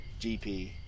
GP